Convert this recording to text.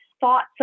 thoughts